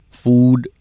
food